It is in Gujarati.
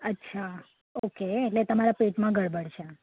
અચ્છા ઓકે એટલે તમારા પેટમાં ગડબડ છે